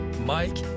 Mike